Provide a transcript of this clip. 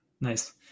Nice